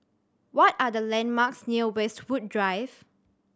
what are the landmarks near Westwood Drive